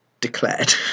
declared